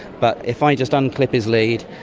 but if i just unclip his lead,